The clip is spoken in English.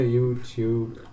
YouTube